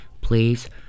please